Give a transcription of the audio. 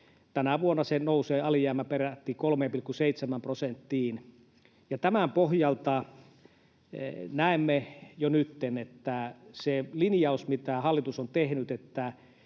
tänä vuonna se alijäämä nousee peräti 3,7 prosenttiin. Ja tämän pohjalta näemme jo nytten, että se linjaus, mitä hallitus on tehnyt,